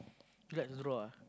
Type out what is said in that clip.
like to draw